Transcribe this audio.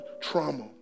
trauma